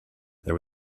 there